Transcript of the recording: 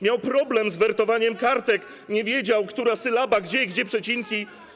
Miał problem z wertowaniem kartek, nie wiedział, która sylaba, gdzie przecinki.